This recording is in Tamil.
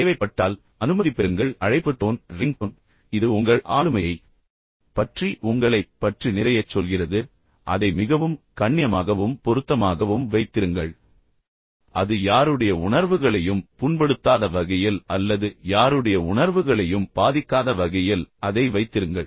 தேவைப்பட்டால் அனுமதி பெறுங்கள் அழைப்பு டோன் ரிங் டோன் மீண்டும் நீங்கள் அதை சாதாரணமாக எடுத்துக் கொள்ளும் ஒன்று ஆனால் இது உங்கள் ஆளுமையைப் பற்றி உங்களைப் பற்றி நிறையச் சொல்கிறது அதை மிகவும் கண்ணியமாகவும் பொருத்தமாகவும் வைத்திருங்கள் அது யாருடைய உணர்வுகளையும் புண்படுத்தாத வகையில் அல்லது யாருடைய உணர்வுகளையும் பாதிக்காத வகையில் அதை வைத்திருங்கள்